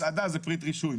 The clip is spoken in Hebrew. מסעדה היא פריט רישוי.